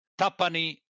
Tapani